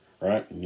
right